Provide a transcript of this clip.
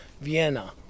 Vienna